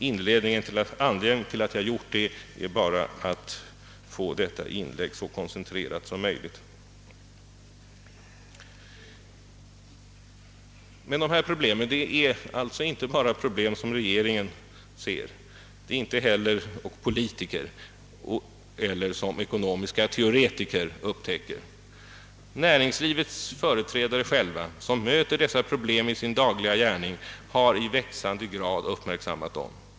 Anledningen till att jag gjort det har varit att få detta inlägg så koncentrerat som möjligt. Detta är inte problem som bara politiker och ekonomiska teoretiker upptäcker. Näringslivets företrädare, som själva möter dessa problem i sin dagliga gärning, har i växande grad uppmärksammat dem.